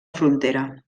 frontera